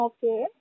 Okay